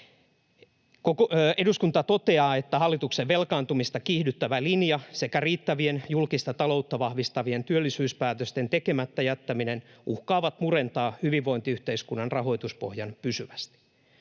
”Eduskunta toteaa, että hallituksen velkaantumista kiihdyttävä linja sekä riittävien julkista taloutta vahvistavien työllisyyspäätösten tekemättä jättäminen uhkaavat murentaa hyvinvointiyhteiskunnan rahoituspohjan pysyvästi.